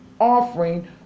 offering